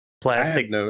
plastic